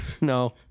No